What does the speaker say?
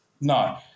No